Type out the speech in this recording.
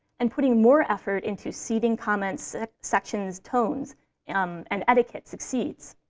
and putting more effort into seeding comments sections' tones um and etiquette succeeds.